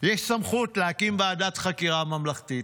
יש סמכות להקים ועדת חקירה ממלכתית.